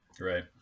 Right